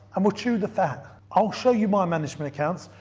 and we'll chew the fat. i'll show you my management accounts,